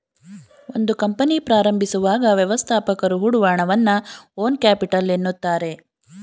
ಒಂದು ಕಂಪನಿ ಪ್ರಾರಂಭಿಸುವಾಗ ವ್ಯವಸ್ಥಾಪಕರು ಹೊಡುವ ಹಣವನ್ನ ಓನ್ ಕ್ಯಾಪಿಟಲ್ ಎನ್ನುತ್ತಾರೆ